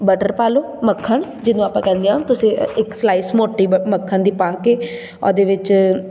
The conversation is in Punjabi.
ਬਟਰ ਪਾ ਲਉ ਮੱਖਣ ਜਿਹਨੂੰ ਆਪਾਂ ਕਹਿੰਦੇ ਹਾਂ ਤੁਸੀਂ ਇੱਕ ਸਲਾਈਸ ਮੋਟੀ ਬ ਮੱਖਣ ਦੀ ਪਾ ਕੇ ਉਹਦੇ ਵਿੱਚ